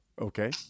Okay